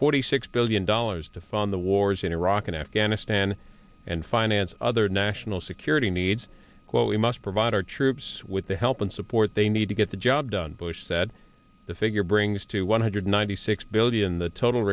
forty six billion dollars to fund the wars in iraq and afghanistan and finance other national security needs quote we must provide our troops with the help and support they need to get the job done bush said the figure brings to one hundred ninety six billion the total